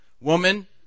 woman